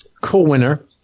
co-winner